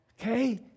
Okay